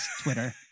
Twitter